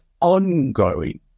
ongoing